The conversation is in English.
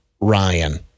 Ryan